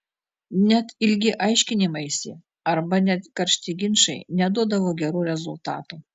net ilgi aiškinimaisi arba net karšti ginčai neduodavo gerų rezultatų